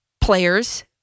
players